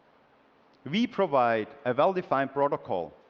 we provide a well-defined protocol